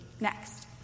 next